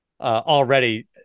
already